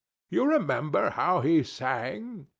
you remember how he sang?